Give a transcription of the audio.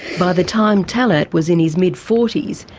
by the time talet was in his mid-forties,